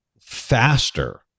faster